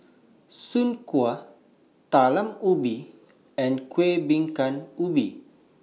Soon Kway Talam Ubi and Kuih Bingka Ubi